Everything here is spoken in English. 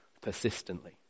persistently